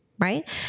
Right